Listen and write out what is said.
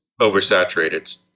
oversaturated